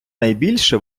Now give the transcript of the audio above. найбільше